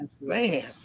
man